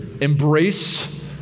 Embrace